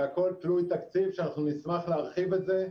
והכול תלוי תקציב ואנחנו נשמח להרחיב את זה.